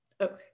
Okay